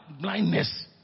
blindness